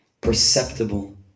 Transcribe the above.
perceptible